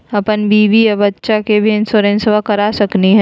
अपन बीबी आ बच्चा के भी इंसोरेंसबा करा सकली हय?